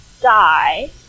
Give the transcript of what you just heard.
die